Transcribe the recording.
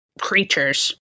creatures